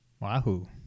Wahoo